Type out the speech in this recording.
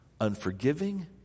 Unforgiving